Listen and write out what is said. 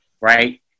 right